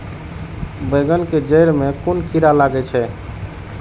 बेंगन के जेड़ में कुन कीरा लागे छै?